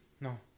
No